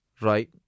Right